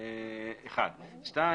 שנית,